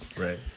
Right